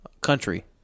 country